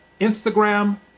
instagram